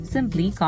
Simply